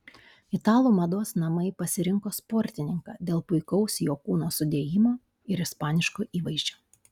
italų mados namai pasirinko sportininką dėl puikaus jo kūno sudėjimo ir ispaniško įvaizdžio